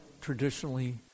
traditionally